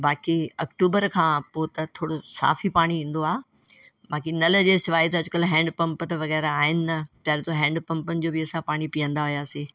ऐं बाकीअ अक्टूबर खां पो त थोरो साफ़ ई पाणी ईंदो आहे बाक़ी नल जे सवाइ त अॼुकल्ह हैंडपंप त वग़ैरह आहिनि न पहिरियों त हैंडपंपनि जो बि असां पाणी पीअंदा हुआसीं